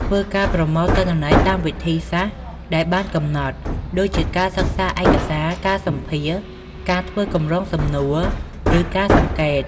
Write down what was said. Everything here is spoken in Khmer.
ធ្វើការប្រមូលទិន្នន័យតាមវិធីសាស្ត្រដែលបានកំណត់ ដូចជាការសិក្សាឯកសារ ការសម្ភាសន៍ ការធ្វើកម្រងសំណួរ ឬការសង្កេត។